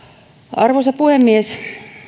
arvoisa puhemies